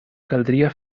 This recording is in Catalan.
caldria